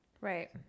Right